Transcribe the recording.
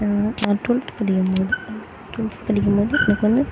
நான் டொல்த் படிக்கும்போது டொல்த் படிக்கும்போது எனக்கு வந்து